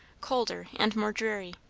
colder and more dreary.